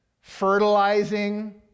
fertilizing